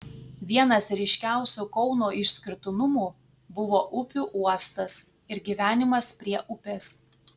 vienas ryškiausių kauno išskirtinumų buvo upių uostas ir gyvenimas prie upės